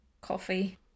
Coffee